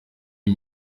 iyi